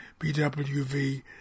BWV